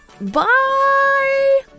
bye